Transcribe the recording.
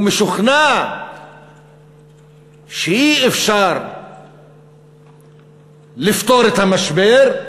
הוא משוכנע שאי-אפשר לפתור את המשבר,